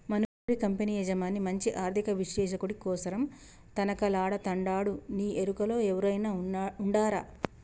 మనూరి కంపెనీ యజమాని మంచి ఆర్థిక విశ్లేషకుడి కోసరం తనకలాడతండాడునీ ఎరుకలో ఎవురైనా ఉండారా